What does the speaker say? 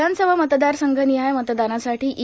विधानसभा मतदारसंघनिहाय मतदानासाठी ई